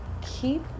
keep